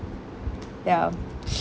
ya